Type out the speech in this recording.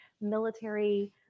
military